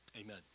Amen